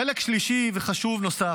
חלק שלישי וחשוב הוא